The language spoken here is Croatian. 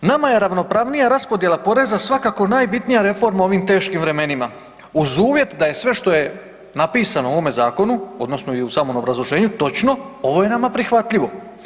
Nama je ravnopravnija raspodjela poreza svakako najbitnija reforma u ovim teškom vremenima, uz uvjet da je sve što je napisano u ovom zakonu, odnosno i u samom obrazloženju točno, ovo je nama prihvatljivo.